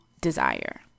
desire